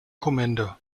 kommende